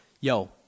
yo